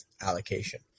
allocation